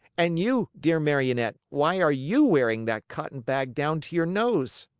and you, dear marionette, why are you wearing that cotton bag down to your nose?